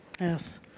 Yes